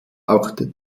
auch